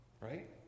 Right